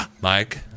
Mike